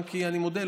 אני מודה,